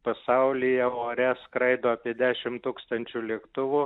pasaulyje ore skraido apie dešim tūkstančių lėktuvų